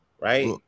Right